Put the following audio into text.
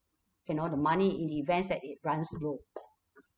you know the money in the events that it runs low